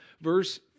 verse